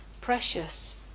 precious